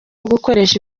gukoresha